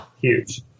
huge